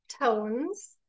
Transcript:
tones